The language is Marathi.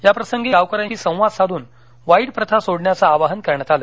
याप्रसंगी गावकऱ्यांशी संवाद साधून वाईट प्रथा सोडण्याचं आवाहन करण्यात आलं